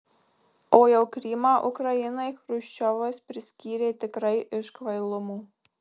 o jau krymą ukrainai chruščiovas priskyrė tikrai iš kvailumo